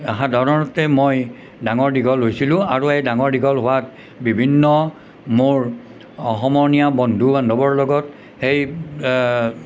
সাধাৰণতে মই ডাঙৰ দীঘল হৈছিলোঁ আৰু এই ডাঙৰ দীঘল হোৱাত বিভিন্ন মোৰ সমনীয়া বন্ধু বান্ধৱৰ লগত এই